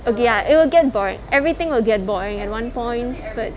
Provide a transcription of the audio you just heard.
okay ya it will get boring everything will get boring at one point but